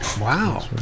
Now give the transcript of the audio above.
Wow